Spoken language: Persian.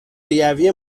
ریوی